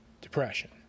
depression